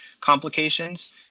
complications